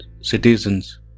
citizens